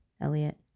Elliot